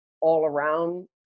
all-around